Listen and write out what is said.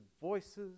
voices